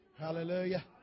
Hallelujah